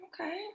okay